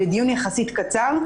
בדיון יחסית קצר,